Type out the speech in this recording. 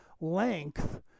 length